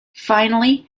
finally